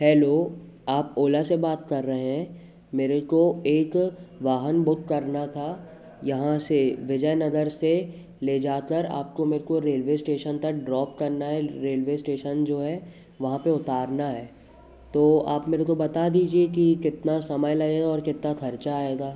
hello आप ओला से बात कर रहे है मेरे को एक वाहन बूक करना था यहाँ से विजय नगर से ले जाकर आपको मेरे को रेलवे इस्टेशन तक ड्रौप करना है रेलवे इस्टेशन जो है वहाँ पे उतारना है तो आप मेरे को बता दीजिए कि कितना समय लगेगा और कितना खर्चा आएगा